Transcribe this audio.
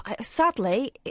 Sadly